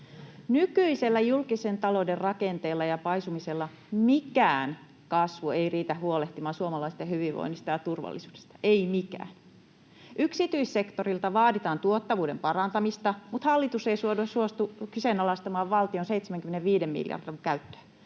nykyisellä julkisen talouden rakenteella ja paisumisella mikään kasvu ei riitä huolehtimaan suomalaisten hyvinvoinnista ja turvallisuudesta — ei mikään. Yksityissektorilta vaaditaan tuottavuuden parantamista, mutta hallitus ei suostu kyseenalaistamaan valtion 75 miljardin käyttöä.